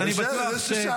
אני שואל, זה מה ששאלתי.